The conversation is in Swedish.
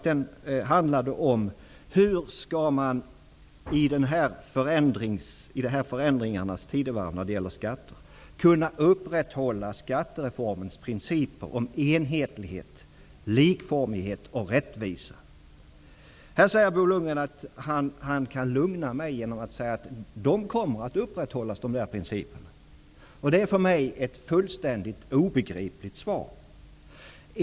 Den handlade om hur man, i detta förändringarnas tidevarv när det gäller skatter, skall kunna upprätthålla skattereformens principer om enhetlighet, likformighet och rättvisa. Här säger Bo Lundgren att han kan lugna mig. Han säger att dessa principer kommer att upprätthållas. Det är ett fullständigt obegripligt svar för mig.